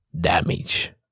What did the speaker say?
damage